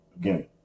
again